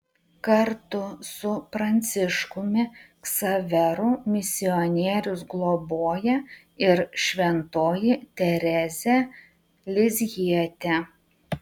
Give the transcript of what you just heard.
kartu su pranciškumi ksaveru misionierius globoja ir šventoji teresė lizjietė